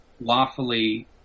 lawfully